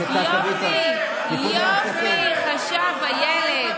יופי, חשב הילד,